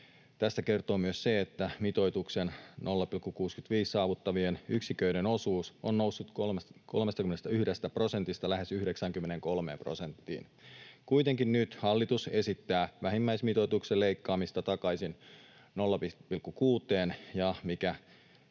Tästä kertoo myös se, että mitoituksen 0,65 saavuttavien yksiköiden osuus on noussut 31 prosentista lähes 93 prosenttiin. Kuitenkin nyt hallitus esittää vähimmäismitoituksen leikkaamista takaisin 0,6:een,